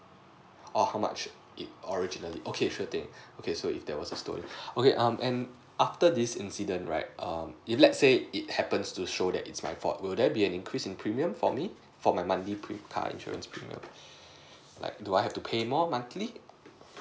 oo how much it originally okay sure thing okay if that was stolen okay um and after this incident right um if let's say it happens to show that it's my fault would there be any increase premium for me for my monthly pre~ car insurance premium like do I have to pay more monthly